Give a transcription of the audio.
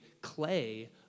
Clay